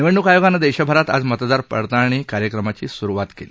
निवडणूक आयोगानं देशभरात आज मतदार पडताळणी कार्यक्रमाची सुरुवात केली